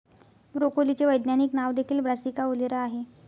ब्रोकोलीचे वैज्ञानिक नाव देखील ब्रासिका ओलेरा आहे